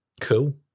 cool